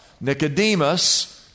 Nicodemus